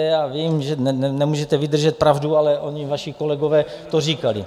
Já vím, že nemůžete vydržet pravdu, ale vaši kolegové to říkali.